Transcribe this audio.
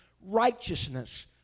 righteousness